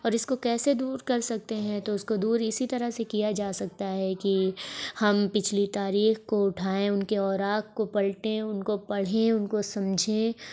اور اس کو کیسے دور کر سکتے ہیں تو اس کو دور اسی طرح سے کیا جا سکتا ہے کہ ہم پچھلی تاریخ کو اٹھائیں ان کے اوراق کو پلٹیں ان کو پڑھیں ان کو سمجھیں